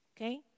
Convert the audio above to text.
Okay